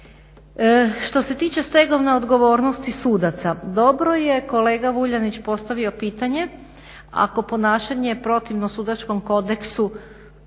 Što se tiče stegovne odgovornosti sudaca dobro je kolega Vuljanić postavio pitanje ako ponašanje protivno sudačkom kodeksu